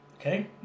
Okay